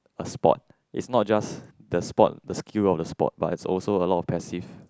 a sport is not just the sport the skill of the sport but is also a lot of passive